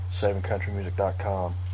SavingCountryMusic.com